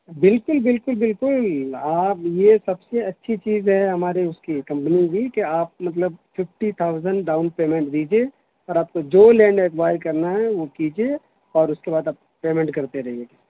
بالکل بالکل بالکل آپ یہ سب سے اچھی چیز ہے ہمارے اس کی کمپنی کی کہ آپ مطلب ففٹی تھاوزین ڈاؤن پیمنٹ دیجیے اور آپ کو جو لینڈ ایکوائر کرنا ہے وہ کیجیے اور اس کے بعد آپ پیمنٹ کرتے رہیے